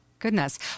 Goodness